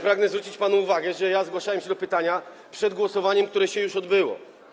Pragnę zwrócić panu uwagę, że zgłaszałem się do pytania przed głosowaniem, które się już odbyło.